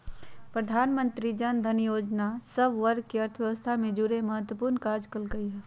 प्रधानमंत्री जनधन जोजना सभ वर्गके अर्थव्यवस्था से जुरेमें महत्वपूर्ण काज कल्कइ ह